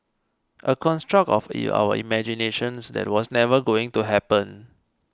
a construct of our imaginations that was never going to happen